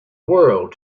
world